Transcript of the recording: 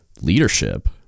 leadership